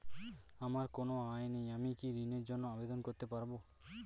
আমার কোনো আয় নেই আমি কি ঋণের জন্য আবেদন করতে পারব?